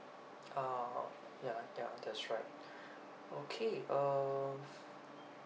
uh ya ya that's right okay uh